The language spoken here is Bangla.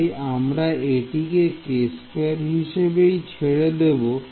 তাই আমরা এটিকে হিসেবেই ছেড়ে দেবো